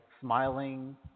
smiling